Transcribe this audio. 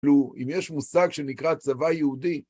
כאילו, אם יש מושג שנקרא צבא יהודי